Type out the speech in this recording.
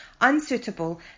unsuitable